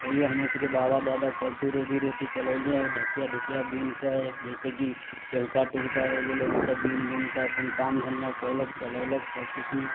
तैयो हमरसबके बाबा दादा कैसहु रोजी रोटी चलैले है ढकिया ढुकिया बीन कऽ जैसेकी टेहुका टुहुका हो गेलै ओसब बीन बुन कऽ अपन काम धन्धा कैलक चलैलक सबकिछु मे